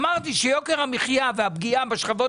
אמרתי שיוקר המחיה והפגיעה בשכבות